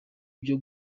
byo